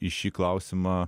į šį klausimą